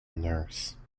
nurse